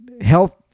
health